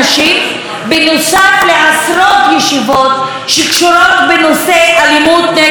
בנוסף לעשרות ישיבות שקשורות בנושא אלימות נגד נשים.